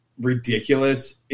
ridiculous